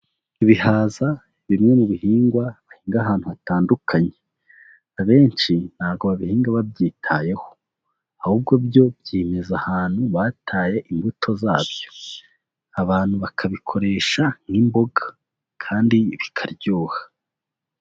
Ibihaza ni bimwe mu bihingwa bahinga ahantu hatandukanye, abenshi ntabwo babihinga babyitayeho, ahubwo byo byimeza ahantu bataye imbuto zabyo, abantu bakabikoresha nk'imboga kandi bikaryoha.